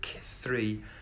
three